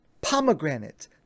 Pomegranate